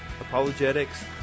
apologetics